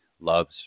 loves